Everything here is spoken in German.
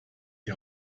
die